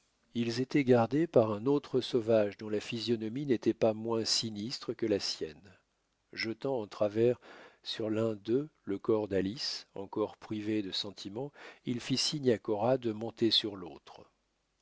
ils étaient gardés par un autre sauvage dont la physionomie n'était pas moins sinistre que la sienne jetant en travers sur l'un d'eux le corps d'alice encore privée de sentiment il fit signe à cora de monter sur l'autre